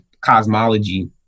cosmology